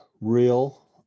real